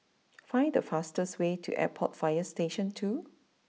find the fastest way to Airport fire Station two